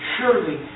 surely